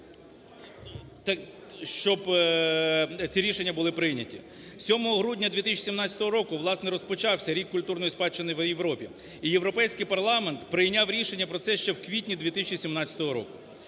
щоб ці рішення були прийняті. Сьомого грудня 2017 року, власне, розпочався рік культурної спадщини в Європі. І Європейський парламент прийняв рішення про це ще в квітні 2017 року.